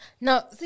now